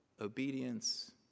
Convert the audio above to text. obedience